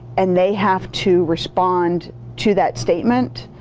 and they have to respond to that statement.